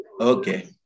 Okay